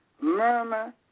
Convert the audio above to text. murmur